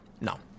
no